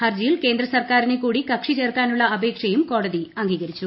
ഹർജിയിൽ കേന്ദ്രസർക്കാരിനെക്കൂടി കക്ഷി ചേർക്കാനുള്ള അപേക്ഷയും കോടതി അംഗീകരിച്ചു